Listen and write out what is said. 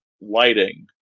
lighting